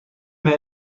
mehr